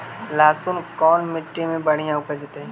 लहसुन कोन मट्टी मे बढ़िया उपजतै?